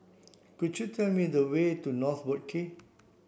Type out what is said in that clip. could you tell me the way to North Boat Quay